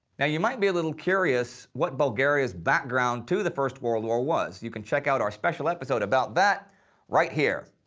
you might be a little curious what bulgaria's background to the first world war was. you can check out our special episode about that right here.